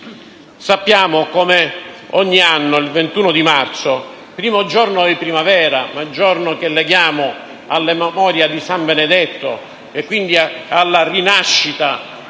Sappiamo come ogni anno il 21 marzo, primo giorno di primavera, giorno che leghiamo alla memoria di San Benedetto e quindi alla rinascita